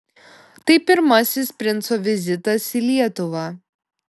tai pirmasis princo vizitas į lietuvą